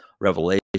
revelation